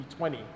B20